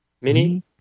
mini